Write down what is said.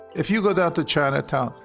if you go down to chinatown,